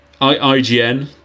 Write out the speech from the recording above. IGN